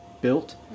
built